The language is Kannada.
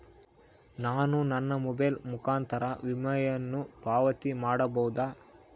ನಾನು ನನ್ನ ಮೊಬೈಲ್ ಮುಖಾಂತರ ವಿಮೆಯನ್ನು ಪಾವತಿ ಮಾಡಬಹುದಾ?